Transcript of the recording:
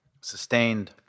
sustained